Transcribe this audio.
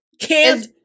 can't-